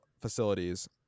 facilities